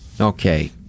Okay